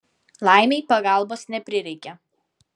laimei pagalbos neprireikė